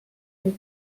with